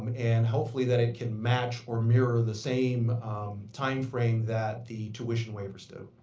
and hopefully that it can match or mirror the same timeframe that the tuition waivers do.